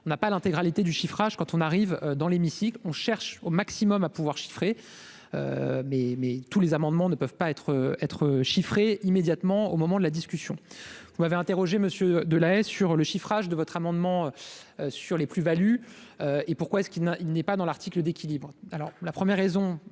on n'a pas l'intégralité du chiffrage quand on arrive dans l'hémicycle on cherche au maximum à pouvoir chiffrer mais mais tous les amendements ne peuvent pas être être chiffrées immédiatement au moment de la discussion, vous m'avez interrogé Monsieur de La Haye sur le chiffrage de votre amendement sur les plus-values et pourquoi est-ce qu'il n'a, il n'est pas dans l'article d'équilibre,